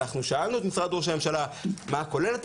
אנחנו שאלנו את משרד ראש הממשלה מה כוללת